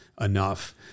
enough